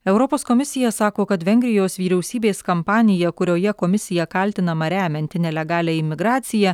europos komisija sako kad vengrijos vyriausybės kampanija kurioje komisija kaltinama remianti nelegalią imigraciją